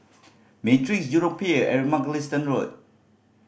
Matrix Jurong Pier and Mugliston Road